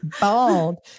Bald